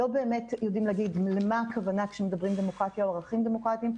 לא באמת יודעים להגיד למה הכוונה כשמדברים דמוקרטיה או ערכים דמוקרטים,